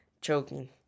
choking